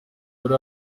bari